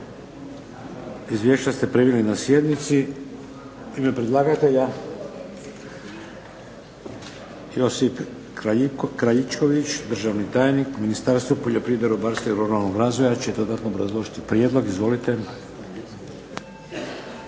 Izvješća ste primili na sjednici. U ime predlagatelja Josip Kraljičković, državni tajnik u Ministarstvu poljoprivrede, ribarstva i ruralnog razvoja će dodatno obrazložiti prijedlog. Izvolite.